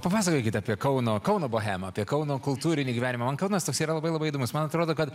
papasakokit apie kauno kauno bohemą apie kauno kultūrinį gyvenimą man kaunas toks yra labai labai įdomus man atrodo kad